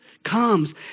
comes